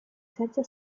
senza